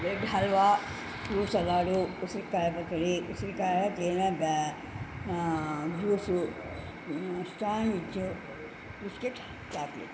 bread halwa fruit salad ఉసిరికాయ పచ్చడి ఉసిరికాయ తేనే జ్యూసు శాండ్విచ్ బిస్కెట్ చాక్లెట్